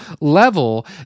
level